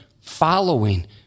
following